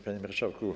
Panie Marszałku!